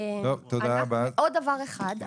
עוד דבר אחד,